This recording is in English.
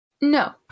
No